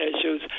issues